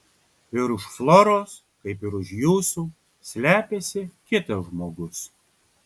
ir už floros kaip ir už jūsų slepiasi kitas žmogus